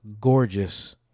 gorgeous